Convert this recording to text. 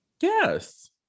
Yes